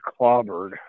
clobbered